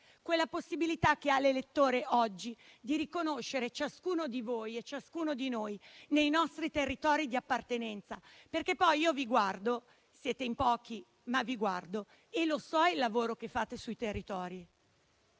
la possibilità che ha l'elettore oggi di riconoscere ciascuno di voi e ciascuno di noi nei nostri territori di appartenenza. Io, infatti, vi guardo - siete in pochi, ma vi guardo - e conosco il lavoro che fate sui territori.